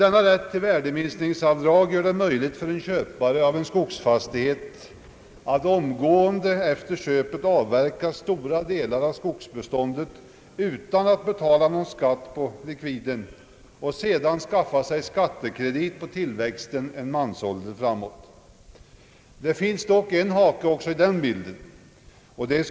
Denna rätt till värdeminskningsavdrag gör det möjligt för en köpare av en skogsfastighet att omgående efter köpet avverka stora delar av skogsbeståndet utan att betala någon skatt på likviden och sedan skaffa sig skattekredit på tillväxten en mansålder framåt. Det finns dock en hake också här.